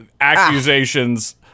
accusations